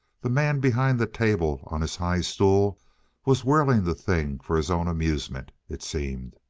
the man behind the table on his high stool was whirling the thing for his own amusement, it seemed.